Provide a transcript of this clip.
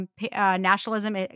nationalism